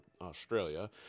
Australia